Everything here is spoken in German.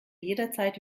jederzeit